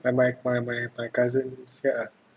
like my my my my cousin cat ah